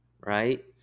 right